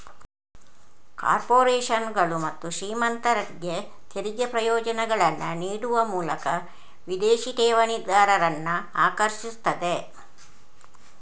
ಕಾರ್ಪೊರೇಷನುಗಳು ಮತ್ತು ಶ್ರೀಮಂತರಿಗೆ ತೆರಿಗೆ ಪ್ರಯೋಜನಗಳನ್ನ ನೀಡುವ ಮೂಲಕ ವಿದೇಶಿ ಠೇವಣಿದಾರರನ್ನ ಆಕರ್ಷಿಸ್ತದೆ